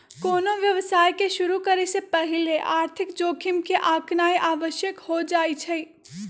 कोनो व्यवसाय के शुरु करे से पहिले आर्थिक जोखिम के आकनाइ आवश्यक हो जाइ छइ